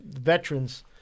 veterans